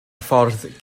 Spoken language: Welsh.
ffordd